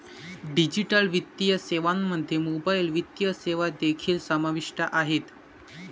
digital वित्तीय सेवांमध्ये mobile वित्तीय सेवा देखील समाविष्ट आहेत